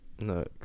no